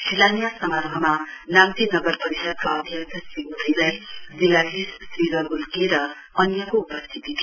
शिलान्यास समारोहमा नाम्ची नगर परिषदका अध्यक्ष श्री उदय राई जिल्लाधीश श्री रग्ल के र अन्यको उपस्थिती थियो